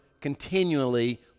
continually